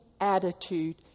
attitude